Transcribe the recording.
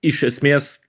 iš esmės